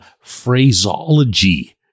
phraseology